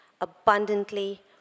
abundantly